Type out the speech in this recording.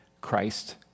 Christ